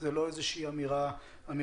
זו לא איזו שהיא אמירה סתמית.